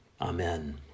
Amen